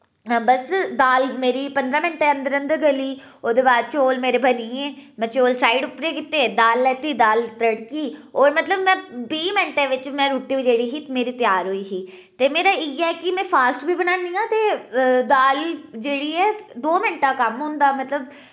बस दाल मेरी पन्दरें मैंटें अंदर अंदर गली ओह्दे बाद चैैैैैैौल मेरे बनी गे में चौल साइड उप्पर कीत्ते दाल लैती दाल तड़की और मतलब में बीह् मैंटें बिच में रुट्टी जेह्ड़ी ही मेरी त्यार होई ही ते मेरा इयै फास्ट बी बनानी आं ते दाल जेह्ड़ी ऐ दो मिंट दा कम्म होंदा मतलब